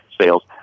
sales